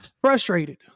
Frustrated